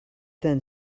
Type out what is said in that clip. then